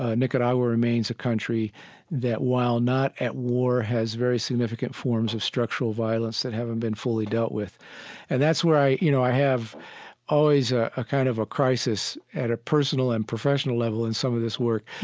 nicaragua remains a country that, while not at war, has very significant forms of structural violence that haven't been fully dealt with and that's where i, you know, i have always a a kind of a crisis at a personal and professional level in some of this work.